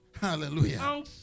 Hallelujah